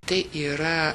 tai yra